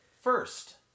first